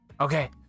okay